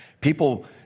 People